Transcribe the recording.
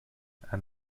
and